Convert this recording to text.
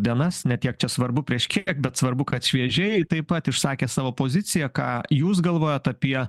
dienas ne tiek čia svarbu prieš kiek bet svarbu kad šviežiai taip pat išsakė savo poziciją ką jūs galvojat apie